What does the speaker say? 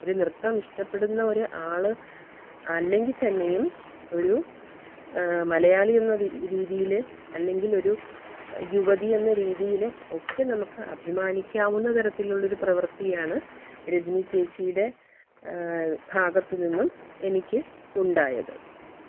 ഒരു നൃത്തം ഇഷ്ട്ടപെടുന്ന ഒരു ആൾ അല്ലെങ്കിൽ തന്നെയും ഒരു മലയാളി എന്ന രീതിയിൽ അല്ലെങ്കിൽ ഒരു യുവതി എന്ന രീതിയിൽ ഒക്കെ നമുക്ക് അഭിമാനിക്കാവുന്ന തരത്തിലുള്ള ഒരു പ്രവൃത്തിയാണ് രജനി ചേച്ചിയുടെ ഭാഗത്ത് നിന്നും എനിക്ക് ഉണ്ടായത്